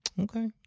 Okay